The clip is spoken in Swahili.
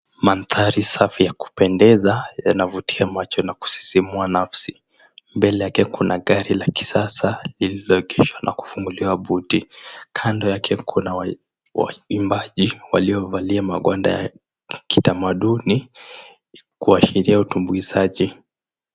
Mandhari safi ya kupendeza, yanavutia macho na kusisimua nafsi. Mbele yake kuna gari la kisasa lililoegeshwa na kufunguliwa buti. Kando yake kuna waimbaji, waliovalia magowanda ya kitamaduni kuashiria utumbuizaji.